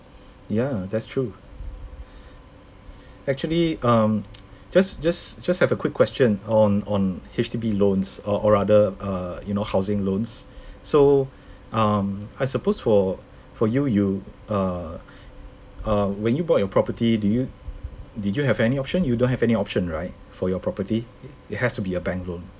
ya that's true actually um just just just have a quick question on on H_D_B loans or or rather uh you know housing loans so um I suppose for for you you uh uh when you bought your property do you did you have any option you don't have any option right for your property it has to be a bank loan